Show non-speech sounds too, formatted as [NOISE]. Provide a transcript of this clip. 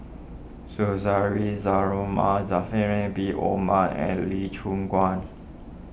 Suzairhe [UNINTELLIGIBLE] Zulkifli Bin Mohamed and Lee Choon Guan